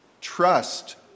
trust